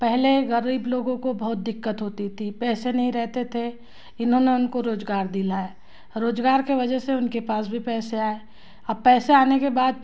पहले गरीब लोगों को बहुत दिक्कत होती थी पैसे नहीं रहते थे इन्होंने उनको रोज़गार दिलाया रोज़गार के वजह से उनके पास भी पैसे आए अब पैसे आने के बाद